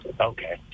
Okay